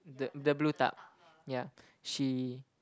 the the blue tub yeah she